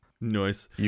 Nice